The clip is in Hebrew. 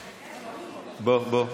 בוא, בוא.